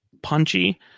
punchy